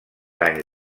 anys